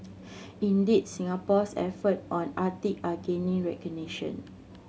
indeed Singapore's effort on Arctic are gaining recognition